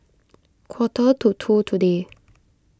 quarter to two today